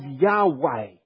Yahweh